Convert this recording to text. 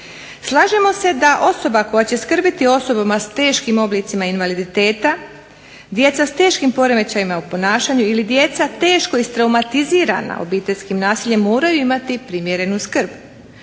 Slažemo se da osoba koja će skrbiti o osobama s teškim oblicima invaliditeta, djeca s teškim poremećajima u ponašanju ili djeca teško istraumatizirana obiteljskim nasiljem moraju imati primjerenu skrb.